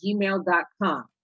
gmail.com